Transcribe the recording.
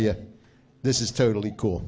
you this is totally cool